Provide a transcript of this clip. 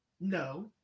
No